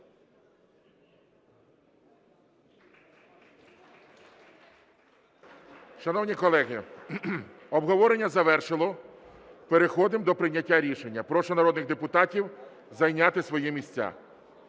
Шановні колеги, обговорення завершили, переходимо до прийняття рішення. Прошу народних депутатів зайняти свої місця.